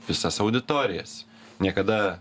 visas auditorijas niekada